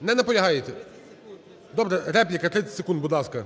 Не наполягаєте. Добре, репліка, 30 секунд, будь ласка.